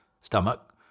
stomach